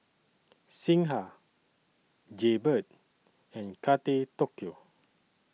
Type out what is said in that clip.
Singha Jaybird and Kate Tokyo